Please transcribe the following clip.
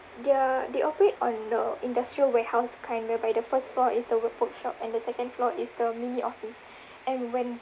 their they operate on the industrial warehouse kind where by the first floor is the work workshop and the second floor is the mini office and when